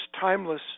timeless